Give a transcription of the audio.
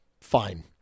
fine